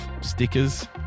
stickers